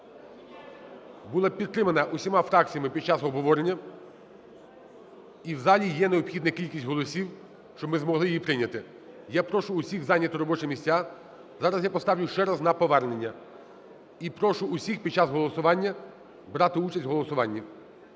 була підтримана всіма фракціями під час обговорення, і в залі є необхідна кількість голосів, щоб ми змогли її прийняти. Я прошу всіх зайняти робочі місця, зараз я поставлю ще раз на повернення і прошу всіх під час голосування брати участь у голосуванні.